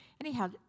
Anyhow